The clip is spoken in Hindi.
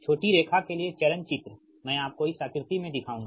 छोटी लाइन के लिए चरण चित्र मैं आपको इस आकृति में दिखाऊंगा